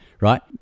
right